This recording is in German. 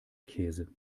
käse